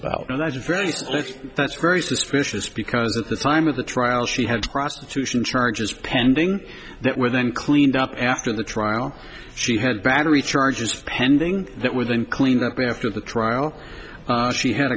about and that's very that's very suspicious because at the time of the trial she had prostitution charges pending that were then cleaned up after the trial she had battery charges pending that within clean up after the trial she had